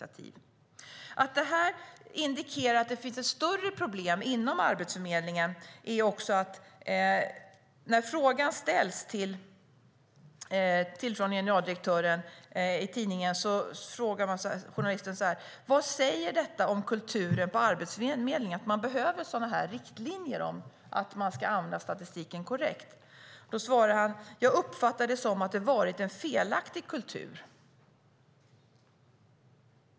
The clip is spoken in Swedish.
Att detta indikerar att det finns ett större problem inom Arbetsförmedlingen är att tidningens journalist frågade den tillförordnade generaldirektören vad det säger om kulturen på Arbetsförmedlingen att man behöver sådana riktlinjer om att använda statistiken korrekt. Han svarade: "Jag uppfattar det som att det varit en felaktig kultur."